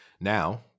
Now